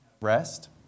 rest